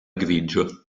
grigio